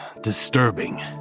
disturbing